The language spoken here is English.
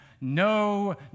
No